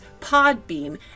Podbeam